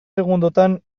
segundotan